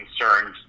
concerned